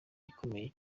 ikomeye